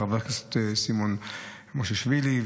חבר הכנסת סימון מושיאשוילי,